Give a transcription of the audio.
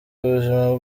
ubuzima